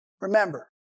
Remember